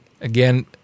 Again